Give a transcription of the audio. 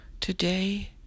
Today